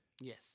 Yes